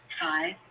five